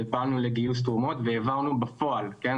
ופעלנו לגיוס תרומות, והעברנו בפועל, כן?